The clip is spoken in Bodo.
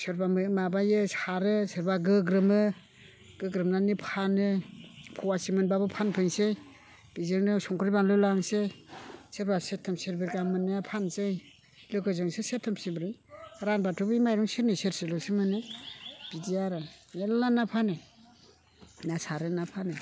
सोरबा माबायो सारो सोरबा गोग्रोमो गोग्रोमनानै फानो फवासे मोनब्लाबो फानफैनोसै बेजोंनो संख्रि बानलु लांसै सोरबा सेरथाम सेरब्रै गाहाम मोननाया फानसै लोगोजोंसो सेरथाम सेरब्रै रानब्लाथ' बे माइरं सेरनै सेरसेल'सो मोनो बिदि आरो मेरला ना फानो ना सारो ना फानो